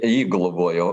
jį globojau